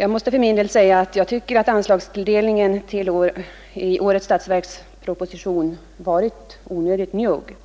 Enligt min mening har kriminalvårdens anslagstilldelning i årets statsverksproposition varit onödigt njugg,